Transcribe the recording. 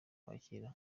kwakira